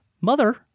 mother